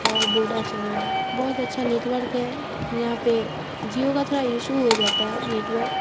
اور ووڈا چل رہا ہے بہت اچھا نیٹورک ہے یہاں پہ جیو کا تھوڑا ایشو ہو جاتا ہے نیٹورک